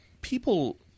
people